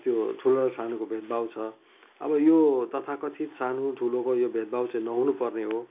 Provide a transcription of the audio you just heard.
ठुलो र सानोको भेदभाव छ अब यो तथा कथित सानो ठुलोको यो भेदभाव चाहिँ नहुनु पर्ने हो